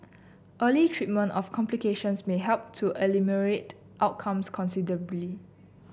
early treatment of complications may help to ameliorate outcomes considerably